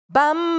Bam